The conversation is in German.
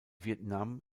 vietnam